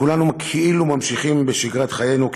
כולנו כאילו ממשיכים בשגרת חיינו,